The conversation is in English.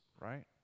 right